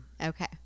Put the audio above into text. Okay